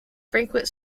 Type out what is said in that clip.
frequent